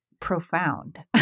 profound